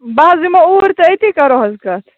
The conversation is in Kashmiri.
بہٕ حَظ یِمہٕ اوٗرۍ تہٕ اَتِی کرو حَظ کتھ